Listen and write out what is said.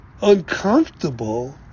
uncomfortable